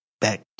back